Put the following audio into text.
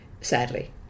sadly